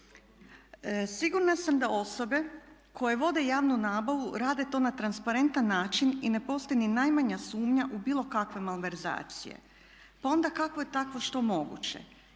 Sigurna sam da osobe koje vode javnu nabavu rade to na transparentan način i ne postoji niti najmanja sumnja u bilo kakve malverzacije pa onda kako je takvo što moguće?